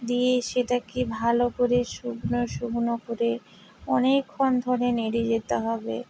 দিয়ে সেটাকে ভালো করে শুকনো শুকনো করে অনেকক্ষণ ধরে নেড়ে যেতে হবে